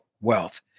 wealth